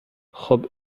خوب